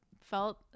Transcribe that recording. felt